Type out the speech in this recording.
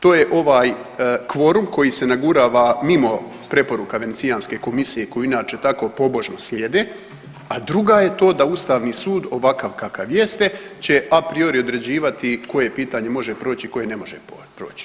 To je ovaj kvorum koji se nagurava mimo preporuka Venecijske komisije koju inače tako pobožno slijede, a druga je to da Ustavni sud, ovakav kakav jeste će apriori određivati koje pitanje može proći, koje ne može proći.